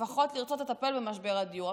שלפחות ירצו לטפל במשבר הדיור.